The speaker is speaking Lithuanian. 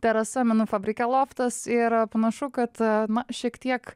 terasa menų fabrike loftas ir panašu kad man šiek tiek